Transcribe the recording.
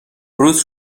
روت